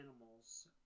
animals